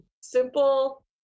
simple